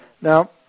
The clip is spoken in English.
Now